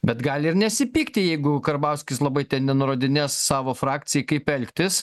bet gali ir nesipykti jeigu karbauskis labai ten nenurodinės savo frakcijai kaip elgtis